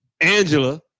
Angela